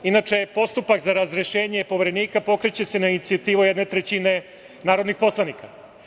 Inače, postupak za razrešenje Poverenika pokreće se na inicijativu jedne trećine narodnih poslanika.